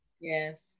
Yes